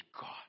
God